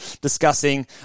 discussing